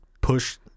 push